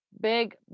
big